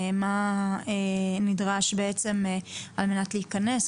מה נדרש על מנת להיכנס,